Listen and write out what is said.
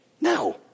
no